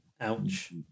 Ouch